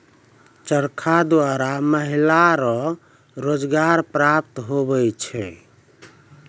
चरखा द्वारा महिलाओ रो रोजगार प्रप्त होलौ छलै